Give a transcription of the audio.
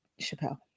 Chappelle